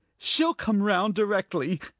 she'll come round directly